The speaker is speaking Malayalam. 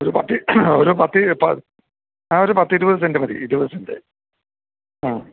ഒരു പത്ത് ഒരു പത്തി പ ആ ഒരു പത്തിരുപത് സെന്റ് മതി ഇരുവത് സെന്റ് ആ